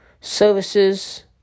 services